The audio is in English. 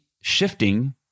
shifting